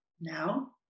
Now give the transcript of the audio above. now